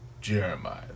Jeremiah